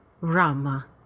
Rama